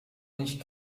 nicht